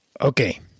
Okay